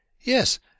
Yes